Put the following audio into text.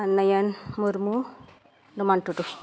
ᱟᱨ ᱱᱚᱭᱚᱱ ᱢᱩᱨᱢᱩ ᱱᱚᱢᱟᱱ ᱴᱩᱰᱩ